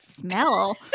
smell